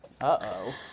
Uh-oh